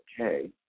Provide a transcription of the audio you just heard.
okay